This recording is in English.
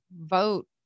vote